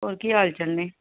ਹੋਰ ਕੀ ਹਾਲ ਚਾਲ ਨੇ